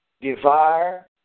devour